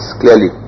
clearly